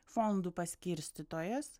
fondų paskirstytojas